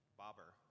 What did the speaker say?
bobber